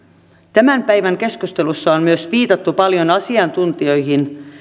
tämän päivän keskustelussa on myös viitattu paljon asiantuntijoihin